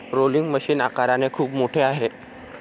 rolling machine आकाराने खूप मोठे आहे